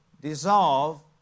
dissolve